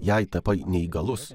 jei tapai neįgalus